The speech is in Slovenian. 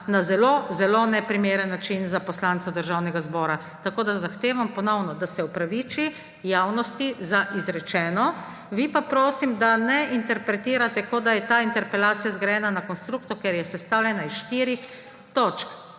na zelo zelo neprimeren način za poslanca Državnega zbora. Tako da zahtevam ponovno, da se opraviči javnosti za izrečeno. Vi pa, prosim, da ne interpretirate, kot da je ta interpelacija zgrajena na konstruktu, ker je sestavljena iz štirih točk.